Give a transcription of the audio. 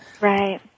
Right